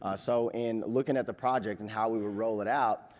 ah so in looking at the project and how we would roll it out,